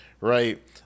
right